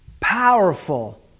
powerful